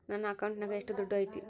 ನನ್ನ ಅಕೌಂಟಿನಾಗ ಎಷ್ಟು ದುಡ್ಡು ಐತಿ?